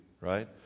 right